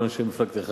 כל אנשי מפלגתך.